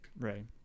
right